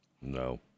No